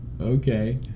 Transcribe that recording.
Okay